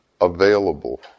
available